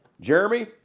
Jeremy